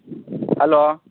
hello